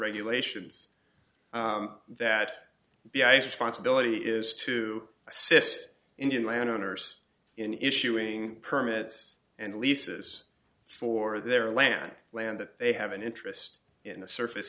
regulations that the ice sponsibility is to assist indian landowners in issuing permits and leases for their land land that they have an interest in the surface